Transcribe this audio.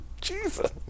Jesus